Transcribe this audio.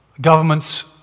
Governments